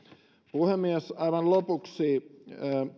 puhemies aivan lopuksi